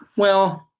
well,